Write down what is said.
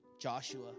Joshua